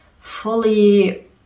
fully